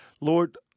Lord